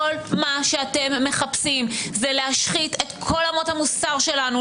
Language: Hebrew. כל מה שאתם מחפשים זה להשחית את כל אמות המוסר שלנו.